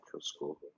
school